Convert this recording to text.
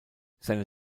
seine